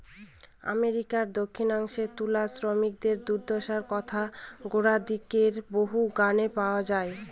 আমেরিকার দক্ষিনাংশে তুলা শ্রমিকদের দূর্দশার কথা গোড়ার দিকের বহু গানে পাওয়া যায়